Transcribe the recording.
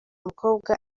mukobwa